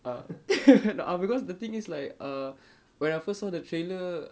uh a~ because the thing is like uh when I first saw the trailer